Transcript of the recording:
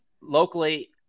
Locally